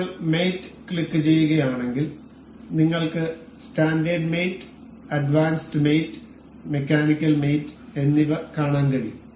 നിങ്ങൾ മേറ്റ് ക്ലിക്കുചെയ്യുകയാണെങ്കിൽ നിങ്ങൾക്ക് സ്റ്റാൻഡേർഡ് മേറ്റ് വിപുലമായ മേറ്റ് മെക്കാനിക്കൽ മേറ്റ് എന്നിവ കാണാൻ കഴിയും